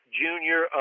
junior